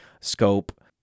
scope